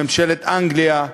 עם ממשלת אנגליה,